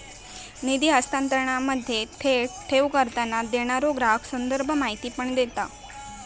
निधी हस्तांतरणामध्ये, थेट ठेव करताना, देणारो ग्राहक संदर्भ माहिती पण देता